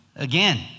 Again